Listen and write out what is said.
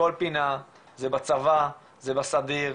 בכל פינה, זה בצבא, זה בסדיר,